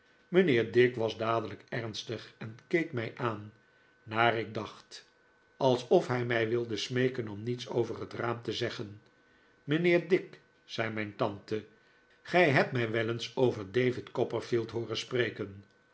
mijnheer dick was dadelijk ernstig en keek mij aan naar ik dacht alsof hij mij wilde smeeken om niets over het raam te zeg'gen mijnheer dick zei mijn tante gij hebt mij wel eens over david copperfield hooren spreken